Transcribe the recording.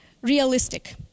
realistic